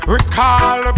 Recall